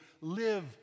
live